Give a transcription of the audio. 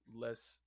less